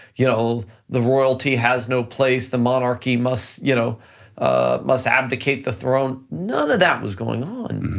you know the royalty has no place, the monarchy must you know must abdicate the throne. none of that was going on.